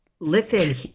Listen